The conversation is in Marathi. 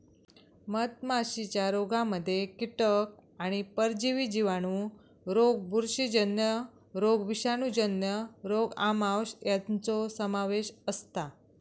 मधमाशीच्या रोगांमध्ये कीटक आणि परजीवी जिवाणू रोग बुरशीजन्य रोग विषाणूजन्य रोग आमांश यांचो समावेश असता